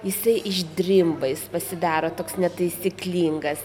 jisai išdrimba jis pasidaro toks netaisyklingas